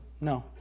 No